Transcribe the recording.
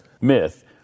Myth